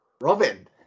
Robin